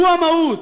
הוא המהות,